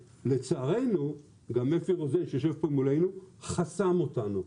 לצערנו גם אפי רוזן שיושב פה מולנו חסם אותנו,